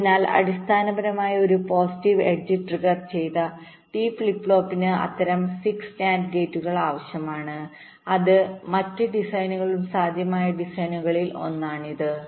അതിനാൽ അടിസ്ഥാനപരമായി ഒരു പോസിറ്റീവ് എഡ്ജ് ട്രിഗർ ചെയ്ത D ഫ്ലിപ്പ് ഫ്ലോപ്പിന് അത്തരം 6 NAND ഗേറ്റുകൾ ആവശ്യമാണ് മറ്റ് ഡിസൈനുകളും സാധ്യമായ ഡിസൈനുകളിൽ ഒന്നാണിത്